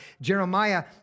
Jeremiah